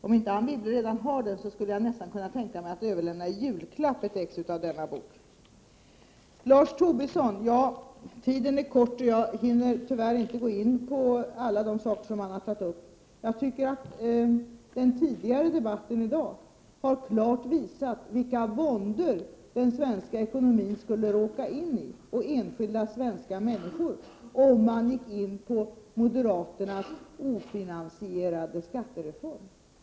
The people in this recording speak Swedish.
Om inte Anne Wibble redan har rapporten, skulle jag kunna tänka mig att överlämna ett exemplar i julklapp. Jag hinner tyvärr inte gå in på alla de frågor som Lars Tobisson har tagit upp. Jag tycker att den tidigare debatten i dag klart har visat vilka våndor den svenska ekonomin och de enskilda människorna skulle råka in i om man gick med på moderaternas ofinansierade skattereform.